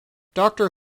doctor